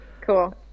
Cool